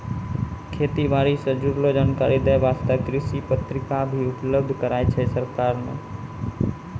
खेती बारी सॅ जुड़लो जानकारी दै वास्तॅ कृषि पत्रिका भी उपलब्ध कराय छै सरकार नॅ